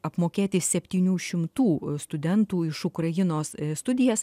apmokėti septynių šimtų studentų iš ukrainos studijas